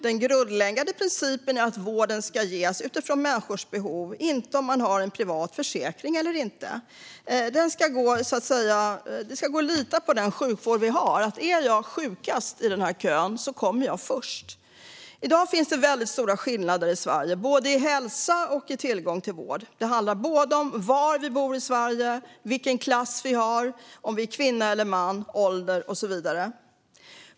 Den grundläggande principen är att vården ska ges utifrån människors behov, inte beroende på om man har en privat försäkring eller inte. Det ska gå att lita på den sjukvård vi har - är jag sjukast i kön kommer jag först. I dag finns det väldigt stora skillnader i Sverige, både när det gäller hälsa och tillgång till vård. Det handlar om var vi bor i landet liksom om klass, kön och ålder.